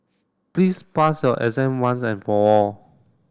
please pass your exam once and for all